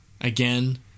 again